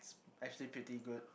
actually pretty good